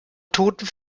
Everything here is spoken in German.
toten